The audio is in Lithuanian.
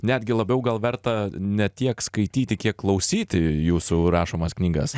netgi labiau gal verta ne tiek skaityti kiek klausyti jūsų rašomas knygas